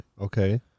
Okay